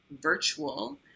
virtual